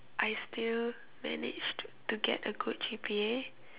I still managed to get a good G_P_A